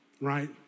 right